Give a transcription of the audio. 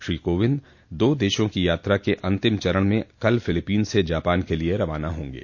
श्री कोविंद दो देशों की यात्रा के अंतिम चरण में कल फिलिपींस से जापान के लिए रवाना होंगे